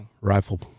rifle